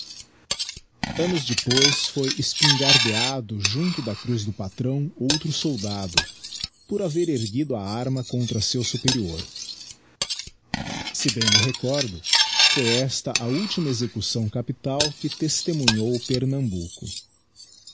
annos depois foi espingardeado junto da cruz do patrão outro soldado por haver erguido a arma contra seu superior se bem me recordo foi esta a ultima execução capital que testemunhou pernambuco